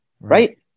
right